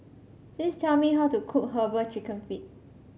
please tell me how to cook herbal chicken feet